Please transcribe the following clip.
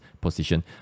position